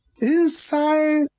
Inside